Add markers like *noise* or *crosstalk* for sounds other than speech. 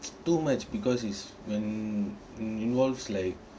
*noise* too much because it's when involves like